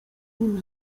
nim